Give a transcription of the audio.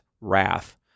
wrath